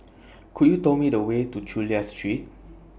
Could YOU Tell Me The Way to Chulia Street